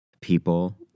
people